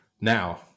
Now